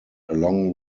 along